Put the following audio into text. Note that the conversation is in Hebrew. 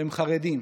הם חרדים.